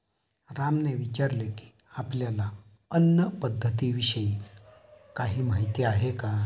रामने विचारले की, आपल्याला अन्न पद्धतीविषयी काही माहित आहे का?